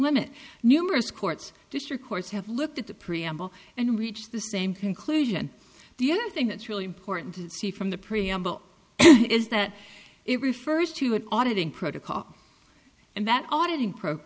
limit numerous courts district courts have looked at the preamble and reach the same conclusion the other thing that's really important to see from the preamble is that it refers to an auditing protocol and that audit